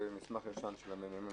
מסמך ישן של מרכז המחקר והמידע.